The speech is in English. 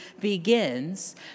begins